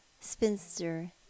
spinster